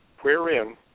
wherein